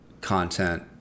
content